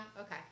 Okay